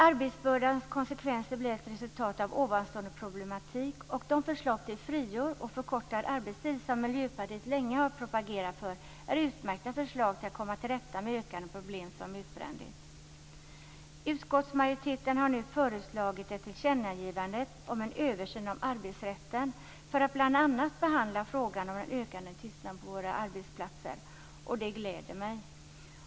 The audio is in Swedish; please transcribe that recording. Arbetsbördans konsekvenser blir ett resultat av denna problematik, och de förslag till friår och förkortad arbetstid som Miljöpartiet länge har propagerat för är utmärkta åtgärder för att komma till rätta med sådana ökande problem som utbrändhet. Utskottsmajoriteten har nu föreslagit ett tillkännagivande om en översyn av arbetsrätten som ska behandla bl.a. frågan om den ökade tystnaden på våra arbetsplatser. Det gläder mig.